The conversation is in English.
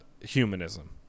humanism